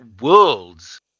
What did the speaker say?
world's